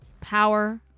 power